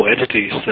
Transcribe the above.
entities